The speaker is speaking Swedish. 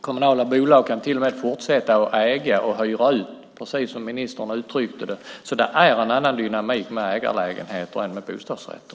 Kommunala bolag kan till och med fortsätta att äga och hyra ut, precis som ministern uttryckte det. Det är därför en annan dynamik med ägarlägenheter än med bostadsrätter.